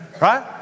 right